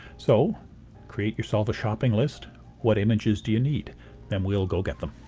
so create yourself a shopping list what images do you need then we'll go get them.